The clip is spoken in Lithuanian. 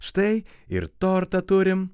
štai ir tortą turim